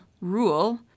rule